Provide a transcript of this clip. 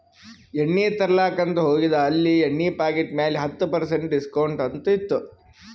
ಎಣ್ಣಿ ತರ್ಲಾಕ್ ಅಂತ್ ಹೋಗಿದ ಅಲ್ಲಿ ಎಣ್ಣಿ ಪಾಕಿಟ್ ಮ್ಯಾಲ ಹತ್ತ್ ಪರ್ಸೆಂಟ್ ಡಿಸ್ಕೌಂಟ್ ಅಂತ್ ಇತ್ತು